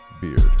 Beard